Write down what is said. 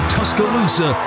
Tuscaloosa